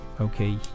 Okay